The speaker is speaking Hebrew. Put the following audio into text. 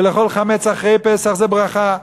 ואכילת חמץ אחרי פסח זה ברכה,